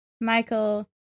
Michael